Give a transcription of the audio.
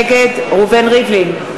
נגד ראובן ריבלין,